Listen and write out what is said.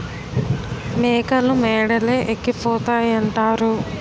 మేకలు మేడలే ఎక్కిపోతాయంతారు